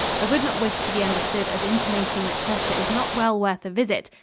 i would not wish to be understood as intimating that chester is not well worth a visit,